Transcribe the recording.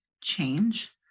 change